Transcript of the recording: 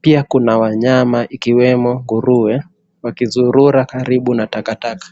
pia Kuna wanyama ikiwemo nguruwe, wakizurura karibu na takataka.